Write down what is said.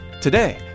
Today